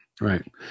Right